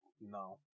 no